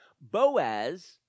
Boaz